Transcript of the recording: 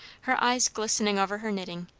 her eyes glistening over her knitting,